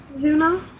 Juno